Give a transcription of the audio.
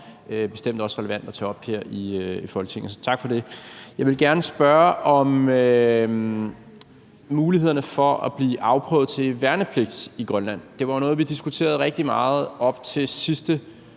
det er bestemt også relevant at tage op her i Folketinget. Så tak for det. Jeg vil gerne spørge om mulighederne for at blive afprøvet til værnepligt i Grønland. Det var jo noget, vi diskuterede rigtig meget op til sidste